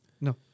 No